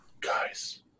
Guys